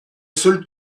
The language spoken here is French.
seul